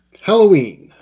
halloween